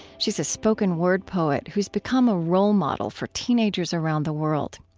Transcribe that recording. she's a spoken-word poet who's become a role model for teenagers around the world.